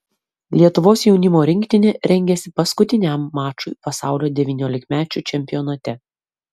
lietuvos jaunimo rinktinė rengiasi paskutiniam mačui pasaulio devyniolikmečių čempionate